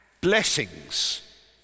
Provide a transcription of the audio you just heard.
Blessings